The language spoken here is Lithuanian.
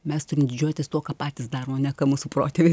mes turim didžiuotis tuo ką patys darom o ne ką mūsų protėviai